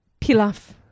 pilaf